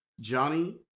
Johnny